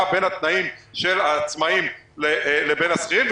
בין התנאים של העצמאים לתנאים של השכירים.